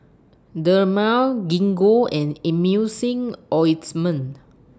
Dermale Gingko and Emulsying Ointment